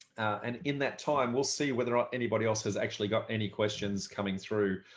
and in that time, we'll see whether or not anybody else has actually got any questions coming through.